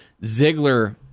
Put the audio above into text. Ziggler